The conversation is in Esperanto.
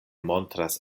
montras